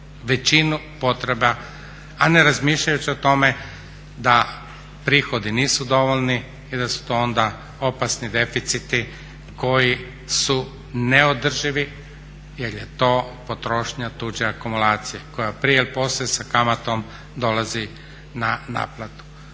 većinu potreba, a ne razmišljajući o tome da prihodi nisu dovoljni i da su to onda opasni deficiti koji su neodrživi jer je to potrošnja tuđe akumulacije koja prije ili poslije sa kamatom dolazi na naplatu.